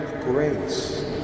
grace